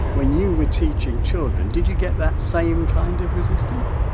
when you were teaching children did you get that same kind of resistance?